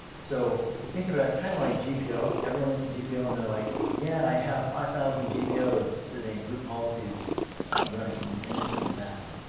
so you think about kind of like gpo everyone likes and a gpo and they're like yeah i have five thousand gpos sitting group policies running and and it's just a mess.